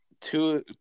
two